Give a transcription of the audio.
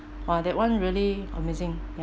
!wah! that one really amazing ya